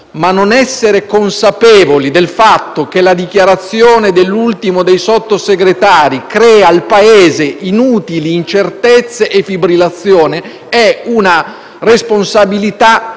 ma non essere consapevoli del fatto che la dichiarazione dell'ultimo dei Sottosegretari crea al Paese inutili incertezze e fibrillazione è una responsabilità